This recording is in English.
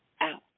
out